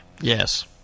Yes